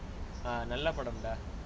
நல்ல படம்:nalla padam dah